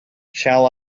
shall